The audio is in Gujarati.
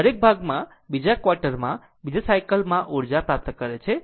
આમ આ દરેક ભાગમાં તે બીજા ક્વાર્ટરમાં બીજા સાયકલ માં ઉર્જા પ્રાપ્ત કરે છે